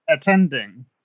attending